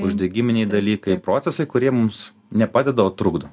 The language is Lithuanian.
uždegiminiai dalykai procesai kurie mums nepadeda o trukdo